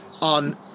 on